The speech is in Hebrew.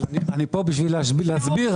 אבל אני פה בשביל להסביר.